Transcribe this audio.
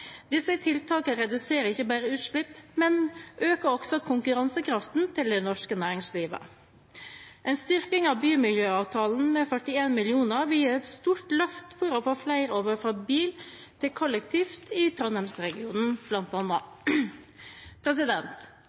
Disse tiltakene reduserer ikke bare utslipp, men øker også konkurransekraften til det norske næringslivet. En styrking av bymiljøavtalen med 41 mill. kr vil gi et stort løft for å få flere over fra bil til kollektiv i